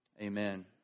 Amen